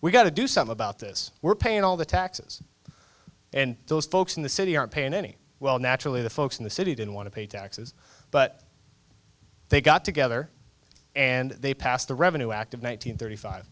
we got to do some about this we're paying all the taxes and those folks in the city aren't paying any well naturally the folks in the city didn't want to pay taxes but they got together and they passed the revenue act of one nine hundred thirty five